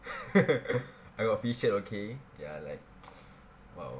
I got featured okay ya like !wow!